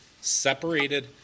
Separated